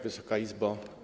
Wysoka Izbo!